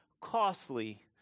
costly